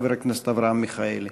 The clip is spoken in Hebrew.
חבר הכנסת אברהם מיכאלי.